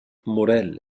موريل